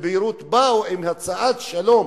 באו מביירות עם הצעת שלום